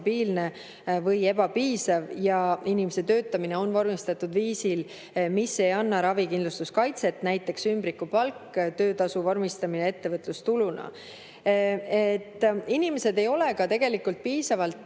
ebastabiilne või ebapiisav ja inimese töötamine on vormistatud viisil, mis ei anna ravikindlustuskaitset, näiteks ümbrikupalk, töötasu vormistamine ettevõtlustuluna. Inimesed ei ole piisavalt